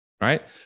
right